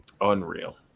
Unreal